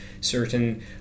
certain